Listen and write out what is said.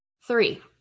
Three